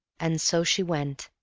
and so she went,